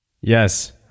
Yes